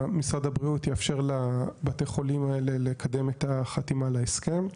משרד הבריאות יאפשר לבתי החולים האלה לקדם את החתימה על ההסכם.